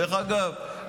דרך אגב,